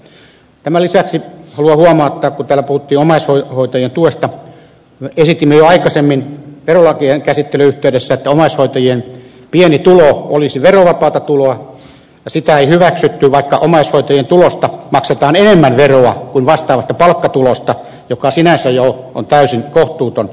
tämän lisäksi haluan huomauttaa kun täällä puhuttiin omaishoitajien tuesta että me esitimme jo aikaisemmin verolakien käsittelyn yhteydessä että omaishoitajien pieni tulo olisi verovapaata tuloa mutta sitä ei hyväksytty vaikka omaishoitajien tulosta maksetaan enemmän veroa kuin vastaavasta palkkatulosta mikä sinänsä jo on täysin kohtuutonta